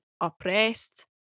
oppressed